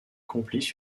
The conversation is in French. complices